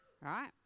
Right